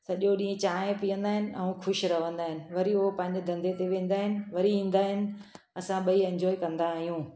सॼो ॾींहुं चाय पीअंदा आहिनि ऐं ख़ुशि रहंदा आहिनि वरी उहे पंहिंजे धंधे ते वेंदा आहिनि वरी ईंदा आहिनि असां ॿई इंजॉय कंदा आहियूं